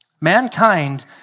Mankind